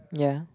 ya